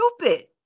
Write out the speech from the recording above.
stupid